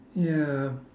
ya